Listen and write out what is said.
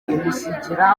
imusigira